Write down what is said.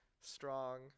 strong